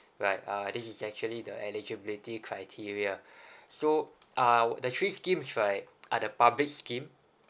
right uh this is actually the eligibility criteria so uh the three scheme right are the public scheme